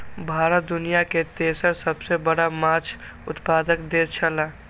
भारत दुनिया के तेसर सबसे बड़ा माछ उत्पादक देश छला